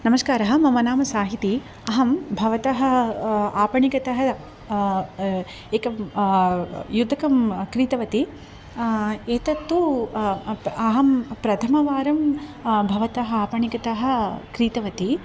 नमस्कारः मम नाम साहिती अहं भवतः आपणतः एकं युतकं क्रीतवति एतत्तु अप् अहं प्रथमवारं भवतः आपणतः क्रीतवति